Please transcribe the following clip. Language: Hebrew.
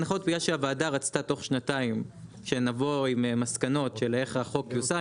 הנחות בגלל שהוועדה רצתה תוך שנתיים שנבוא עם מסקנות של איך החוק יושם,